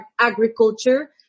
Agriculture